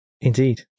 indeed